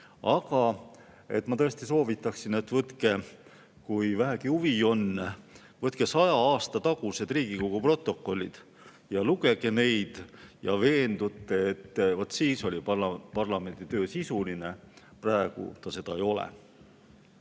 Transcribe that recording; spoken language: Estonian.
Aga ma tõesti soovitan, et kui vähegi huvi on, võtke saja aasta tagused Riigikogu protokollid ja lugege neid. Te veendute, et siis oli parlamendi töö sisuline. Praegu ta seda ei ole.